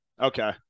Okay